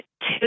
two